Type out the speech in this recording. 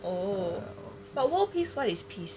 oh but world peace what is peace